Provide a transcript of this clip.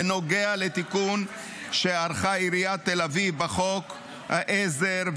בנוגע לתיקון שערכה עיריית תל אביב בחוק העזר,